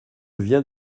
viens